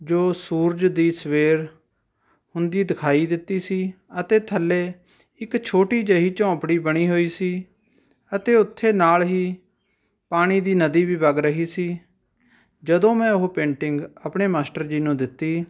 ਜੋ ਸੂਰਜ ਦੀ ਸਵੇਰ ਹੁੰਦੀ ਦਿਖਾਈ ਦਿੱਤੀ ਸੀ ਅਤੇ ਥੱਲੇ ਇੱਕ ਛੋਟੀ ਜਿਹੀ ਝੌਪੜੀ ਬਣੀ ਹੋਈ ਸੀ ਅਤੇ ਉੱਥੇ ਨਾਲ ਹੀ ਪਾਣੀ ਦੀ ਨਦੀ ਵੀ ਵਗ ਰਹੀ ਸੀ ਜਦੋਂ ਮੈਂ ਉਹ ਪੇਂਟਿੰਗ ਆਪਣੇ ਮਾਸਟਰ ਜੀ ਨੂੰ ਦਿੱਤੀ